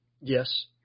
Yes